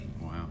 Wow